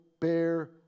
bear